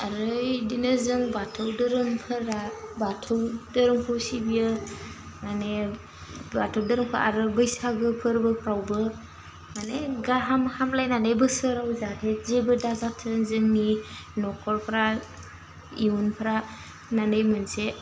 आरो इदिनो जों बाथौ दोरोमफोरा बाथौ दोरोमखौ सिबियो माने बाथौ दोरोमखौ आरो बैसागो फोरबोफ्रावबो माने गाहाम हामलायनानै बोसोराव जाहाथे जेबो दाजाथों जोंनि न'खरफ्रा इयुनफ्रा होन्नानै मोनसे